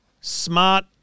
smart